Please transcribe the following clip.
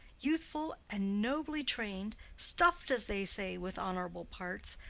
youthful, and nobly train'd, stuff'd, as they say, with honourable parts,